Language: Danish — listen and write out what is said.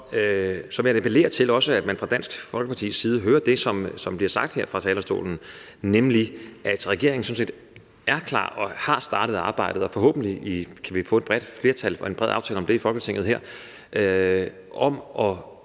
Så vil jeg appellere til, at man også fra Dansk Folkepartis side hører det, som bliver sagt her fra talerstolen, nemlig at regeringen sådan set er klar og har startet arbejdet – og forhåbentlig kan vi få et bredt flertal og en bred aftale om det i Folketinget – med at